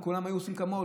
אם כולם היו עושים כמוהו,